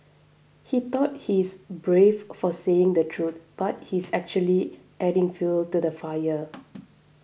he thought he's brave for saying the truth but he's actually adding fuel to the fire